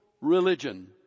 religion